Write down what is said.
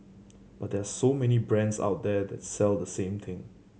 but there are so many brands out there that sell the same thing